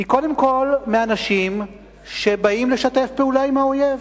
היא קודם כול מאנשים שבאים לשתף פעולה עם האויב.